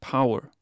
Power